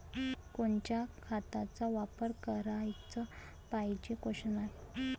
कोनच्या खताचा वापर कराच पायजे?